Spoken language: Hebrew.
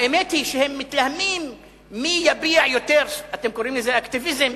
האמת היא שהם מתלהמים מי יביע יותר אתם קוראים לזה אקטיביזם,